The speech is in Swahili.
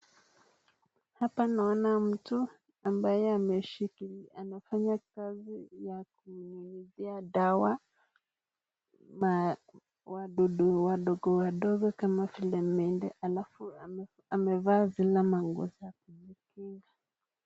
Hapa naona mtu ambaye anafanya kazi ya kumnyunyuzia dawa wadudu wadogowadogo kama vile mende alafu amevaa zile mangoo za kujiinga.